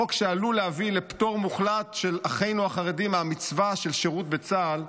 חוק שעלול להביא לפטור מוחלט של אחינו החרדים מהמצווה של שירות בצה"ל,